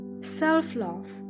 self-love